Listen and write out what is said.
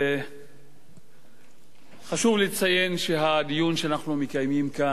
חשוב לציין שהדיון שאנחנו מקיימים כאן באמת